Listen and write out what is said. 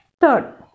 third